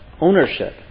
Ownership